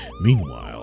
Meanwhile